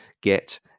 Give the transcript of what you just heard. Get